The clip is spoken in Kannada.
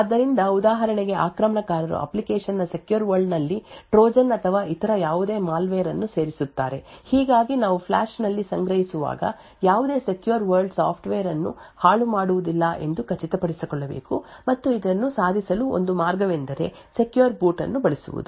ಆದ್ದರಿಂದ ಉದಾಹರಣೆಗೆ ಆಕ್ರಮಣಕಾರರು ಅಪ್ಲಿಕೇಶನ್ನ ಸೆಕ್ಯೂರ್ ವರ್ಲ್ಡ್ ನಲ್ಲಿ ಟ್ರೋಜನ್ ಅಥವಾ ಇತರ ಯಾವುದೇ ಮಾಲ್ವೇರ್ ಅನ್ನು ಸೇರಿಸುತ್ತಾರೆ ಹೀಗಾಗಿ ನಾವು ಫ್ಲ್ಯಾಷ್ನಲ್ಲಿ ಸಂಗ್ರಹಿಸುವಾಗ ಯಾವುದೇ ಸೆಕ್ಯೂರ್ ವರ್ಲ್ಡ್ ಸಾಫ್ಟ್ವೇರ್ ಅನ್ನು ಹಾಳುಮಾಡುವುದಿಲ್ಲ ಎಂದು ಖಚಿತಪಡಿಸಿಕೊಳ್ಳಬೇಕು ಮತ್ತು ಇದನ್ನು ಸಾಧಿಸಲು ಒಂದು ಮಾರ್ಗವೆಂದರೆ ಸೆಕ್ಯೂರ್ ಬೂಟ್ ಅನ್ನು ಬಳಸುವುದು